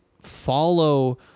follow